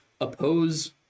oppose